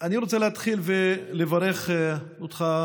אני רוצה להתחיל ולברך אותך,